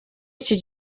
iki